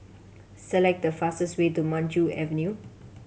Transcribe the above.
select the fastest way to Maju Avenue